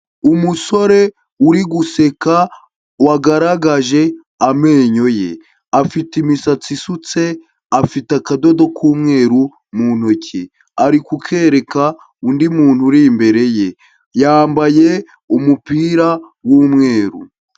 Umusore uri guseka, wagaragaje amenyo ye. Afite imisatsi isutse, afite akadodo k'umweru mu ntoki. Ari kukereka undi muntu uri imbere ye. Yambaye umupira w'umweru.